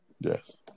yes